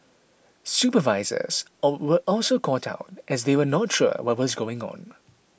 supervisors or were also caught out as they were not sure what was going on